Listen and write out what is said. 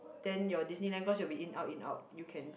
then your Disneyland cause you will be in out in out you can